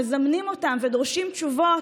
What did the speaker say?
מזמנים אותן ודורשים תשובות,